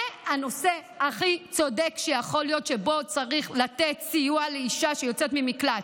זה הנושא הכי צודק שיכול להיות שבו צריך לתת סיוע לאישה שיוצאת ממקלט.